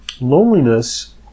loneliness